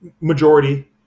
Majority